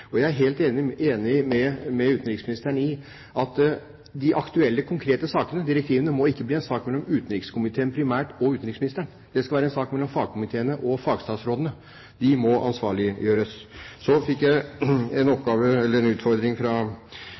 Jeg er helt enig med utenriksministeren i at de aktuelle konkrete sakene, direktivene, ikke må bli en sak mellom utenrikskomiteen primært og utenriksministeren. Det skal være en sak mellom fagkomiteene og fagstatsrådene. De må ansvarliggjøres. Så fikk jeg en